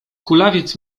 kulawiec